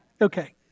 Okay